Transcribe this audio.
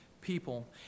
people